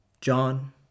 John